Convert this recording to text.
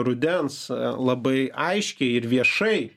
rudens labai aiškiai ir viešai